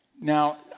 now